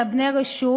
אלא בני רשות,